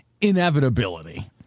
inevitability